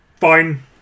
fine